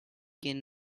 gain